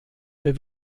der